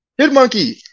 Hitmonkey